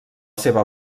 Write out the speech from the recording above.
seva